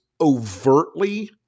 overtly